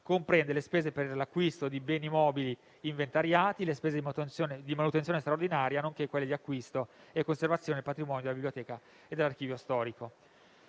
comprende le spese per l'acquisto di beni mobili inventariati, le spese di manutenzione straordinaria, nonché quelle di acquisto e conservazione del patrimonio della biblioteca e dell'archivio storico.